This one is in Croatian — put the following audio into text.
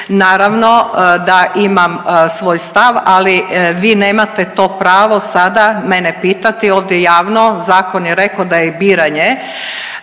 Naravno da imam svoj stav, ali vi nemate to prava sada mene pitati ovdje javno, zakon je rekao da je biranje